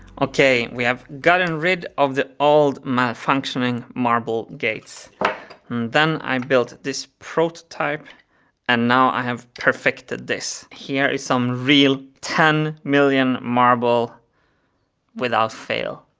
okay, we have gotten rid of the old malfunctioning marble gates and then i um built this prototype and now i have perfected this. here is some real ten million marble without fail.